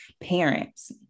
parents